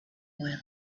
boy